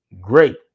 Great